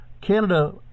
Canada